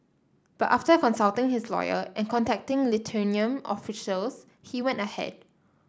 but after consulting his lawyer and contacting Lithuanian officials he went ahead